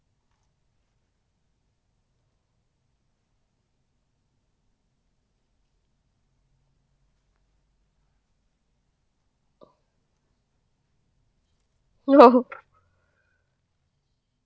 no